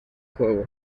juego